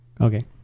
Okay